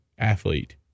Athlete